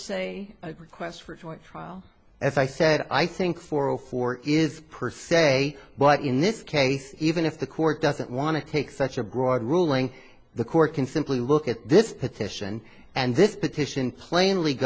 a request for a joint trial as i said i think for zero four is per se but in this case even if the court doesn't want to take such a broad ruling the court can simply look at this petition and this petition plainly